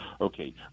Okay